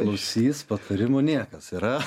klausys patarimo niekas yra